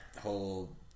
whole